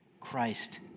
Christ